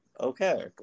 Okay